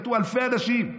מתו אלפי אנשים.